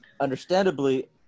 understandably